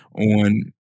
on